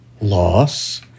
loss